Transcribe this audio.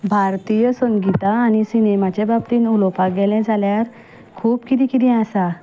भारतीय संगिता आनी सिनेमाच्या बाबतीन उलोपा गेलें जाल्यार खूब किदें किदें आसा